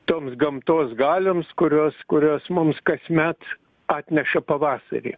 toms gamtos galioms kurios kurios mums kasmet atneša pavasarį